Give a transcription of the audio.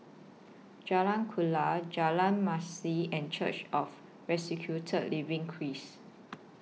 Jalan Kuala Jalan Masjid and Church of Resurrected Living Christ